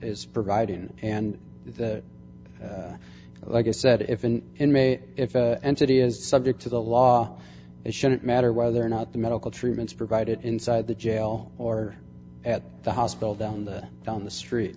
is providing and like i said if an inmate if entity is subject to the law it shouldn't matter whether or not the medical treatments provide it inside the jail or at the hospital down the down the street